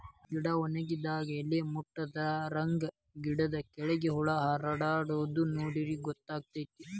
ಗಿಡಾ ವನಗಿದಂಗ ಎಲಿ ಮುಟ್ರಾದಂಗ ಗಿಡದ ಕೆಳ್ಗ ಹುಳಾ ಹಾರಾಡುದ ನೋಡಿರ ಗೊತ್ತಕೈತಿ